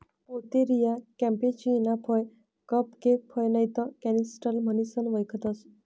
Pouteria campechiana फय cupcake फय नैते कॅनिस्टेल म्हणीसन वयखतंस